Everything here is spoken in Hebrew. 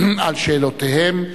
על שאלותיהם.